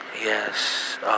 Yes